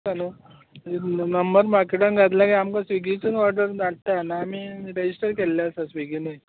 आसा न्हू नंबर मार्कीटान घातलें की आमकां स्विगीसून ओडर धाडटा आनी आमी रेजीस्टर केल्ले आसा स्विगीनूय